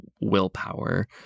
willpower